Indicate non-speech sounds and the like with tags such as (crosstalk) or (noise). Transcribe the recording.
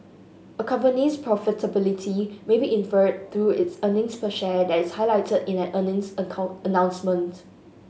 a company's profitability may be inferred through it's earnings per share that is highlighted in an earnings (unintelligible) announcement